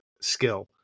skill